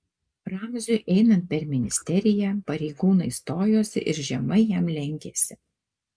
ramziui einant per ministeriją pareigūnai stojosi ir žemai jam lenkėsi